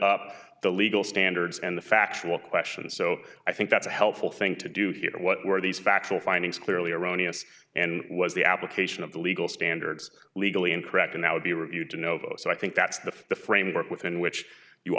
up the legal standards and the factual questions so i think that's a helpful thing to do here what were these factual findings clearly erroneous and was the application of the legal standards legally incorrect and that would be reviewed to novo so i think that's the the framework within which you